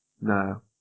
No